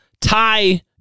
tie